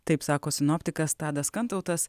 taip sako sinoptikas tadas kantautas